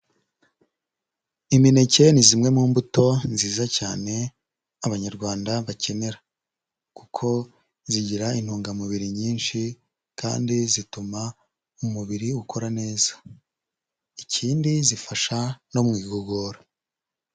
Imineke ni zimwe mu mbuto nziza cyane Abanyarwanda bakenera, kuko zigira intungamubiri nyinshi kandi zituma umubiri ukora neza. Ikindi zifasha no mu igogora.